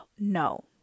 No